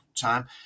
time